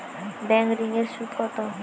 Bank ঋন এর সুদ কত?